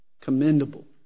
Commendable